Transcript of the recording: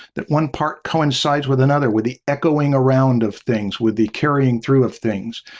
that one part coincides with another, with the echoing around of things, with the carrying through of things.